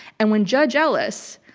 and when judge ellis,